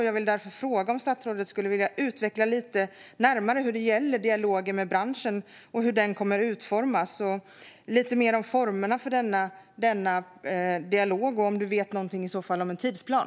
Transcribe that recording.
Jag vill därför fråga om statsrådet skulle vilja utveckla lite närmare hur det ser ut när det gäller dialogen med branschen. Hur kommer den att utformas? Kan jag få veta lite mer om formerna för denna dialog? Vet du något om en tidsplan?